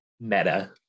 meta